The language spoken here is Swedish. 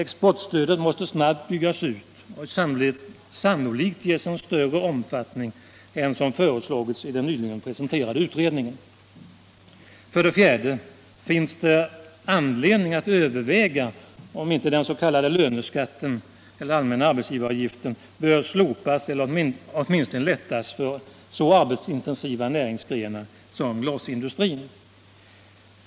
Exportstödet måste snabbt byggas ut och sannolikt ges en större omfattning än som föreslagits i den nyligen presenterade utredningen. 4. Det finns anledning att överväga om inte den s.k. löneskatten eller allmänna arbetsgivaravgiften bör slopas eller åtminstone lättas för en så arbetsintensiv näringsgren som glasindustrin.